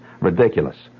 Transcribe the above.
Ridiculous